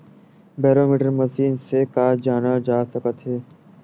Barometer machine से का जाना जा सकत हे?